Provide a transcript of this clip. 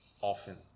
often